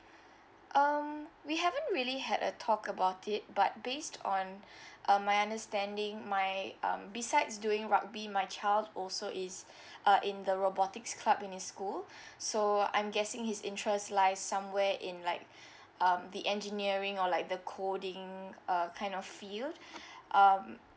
um we haven't really had a talk about it but based on um my understanding my um besides doing rugby my child also is uh in the robotics club in his school so I'm guessing his interest lies somewhere in like um the engineering or like the coding uh kind of field um